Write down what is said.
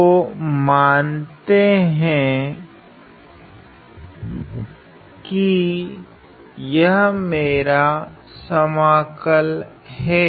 तो मानते है कि यह मेरा समाकल है